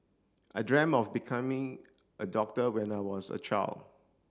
I dreamt of becoming a doctor when I was a child